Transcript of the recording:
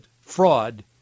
fraud